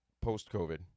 post-COVID